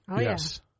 Yes